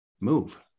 move